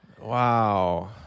Wow